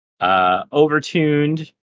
Overtuned